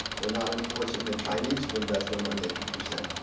they're not enforcing the chinese to invest their money at two percent.